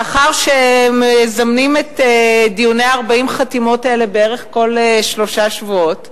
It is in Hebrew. מאחר שמזמנים את דיוני 40 החתימות האלה בערך כל שלושה שבועות,